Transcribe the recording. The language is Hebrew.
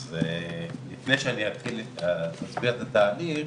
לפני שאני אתחיל להסביר את התהליך,